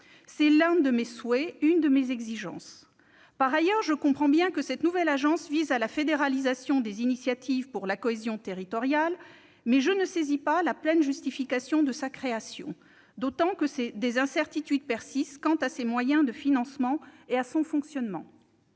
C'est l'un de mes souhaits, l'une de mes exigences. Je comprends bien que cette nouvelle agence vise à fédérer les initiatives pour la cohésion territoriale, mais la pleine justification de sa création ne m'apparaît pas, d'autant que des incertitudes persistent quant à ses moyens de financement et à son fonctionnement.